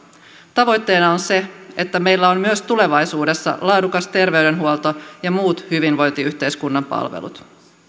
tavoitteena on se että meillä on myös tulevaisuudessa laadukas terveydenhuolto ja muut hyvinvointiyhteiskunnan palvelut